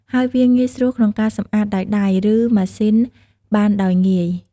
ហើយវាងាយស្រួលក្នុងការសម្អាត ដោយដៃ ឬ ម៉ាស៊ីនបានដោយងាយ។